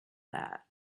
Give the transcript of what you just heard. that